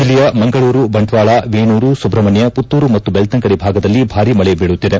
ಜಿಲ್ಲೆಯ ಮಂಗಳೂರು ಬಂಟ್ವಾಳ ವೇಣೂರು ಸುಬ್ರಹ್ಮಣ್ಯ ಪುತ್ತೂರು ಮತ್ತು ಬೆಳ್ತಂಗಡಿ ಭಾಗದಲ್ಲಿ ಭಾರೀ ಮಳೆ ಬೀಳುತ್ತಿದೆ